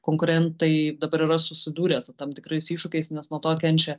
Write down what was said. konkurentai dabar yra susidūrę su tam tikrais iššūkiais nes nuo to kenčia